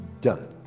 done